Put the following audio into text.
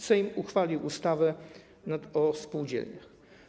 Sejm uchwalił ustawę o spółdzielniach.